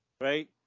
right